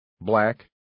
black